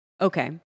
Okay